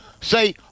say